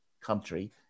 country